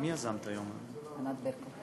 ענת ברקו.